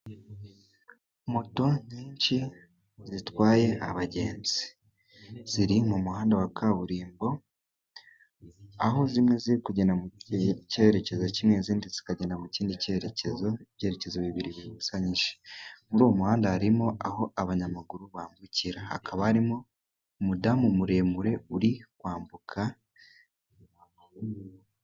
Moto nyinshi zitwaye abagenzi. Ziri mu muhanda wa kaburimbo, aho zimwe ziri kugenda mu cyerekezo kimwe izindi zikagenda mu kindi cyerekezo, ibyerekezo bibiri bibusanyije. Muri uwo muhanda harimo aho abanyamaguru bambukira, hakaba harimo umudamu muremure uri kwambuka,..